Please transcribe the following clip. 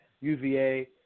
UVA